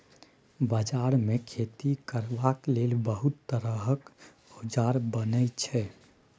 बजार मे खेती करबाक लेल बहुत तरहक औजार बनई छै